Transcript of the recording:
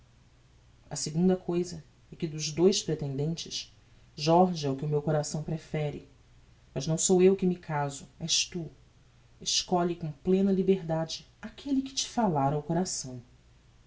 a segunda cousa é que dos dous pretendentes jorge é o que meu coração prefere mas não sou eu que me caso és tu escolhe com plena liberdade aquelle que te falar ao coração